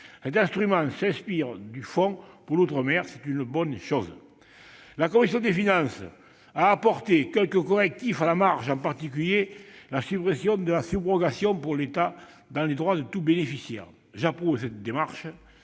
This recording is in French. Cet instrument s'inspire du fonds pour l'outre-mer. C'est une bonne chose. La commission des finances a apporté quelques correctifs à la marge, en particulier la suppression de la subrogation pour l'État dans les droits de tout bénéficiaire. J'approuve cette démarche.